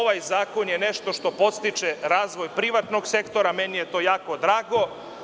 Ovaj zakon je nešto što podstiče razvoj privatnog sektora, meni je to jako drago.